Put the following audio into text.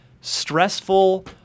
stressful